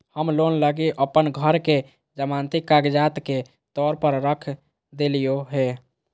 हम लोन लगी अप्पन घर के जमानती कागजात के तौर पर रख देलिओ हें